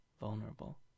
vulnerable